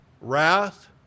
wrath